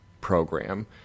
Program